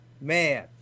Man